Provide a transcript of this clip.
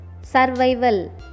survival